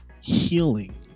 healing